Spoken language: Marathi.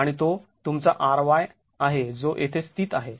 आणि तो तुमचा Ry आहे जो येथे स्थित आहे